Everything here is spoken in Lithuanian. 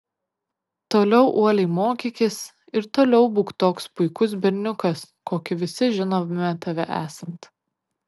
toliau uoliai mokykis ir toliau būk toks puikus berniukas kokį visi žinome tave esant